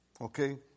okay